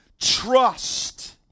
trust